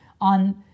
on